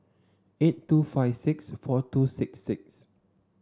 eight two five six four two six six